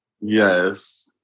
yes